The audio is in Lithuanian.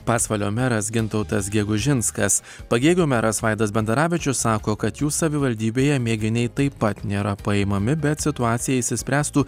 pasvalio meras gintautas gegužinskas pagėgių meras vaidas bendaravičius sako kad jų savivaldybėje mėginiai taip pat nėra paimami bet situacija išsispręstų